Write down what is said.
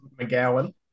McGowan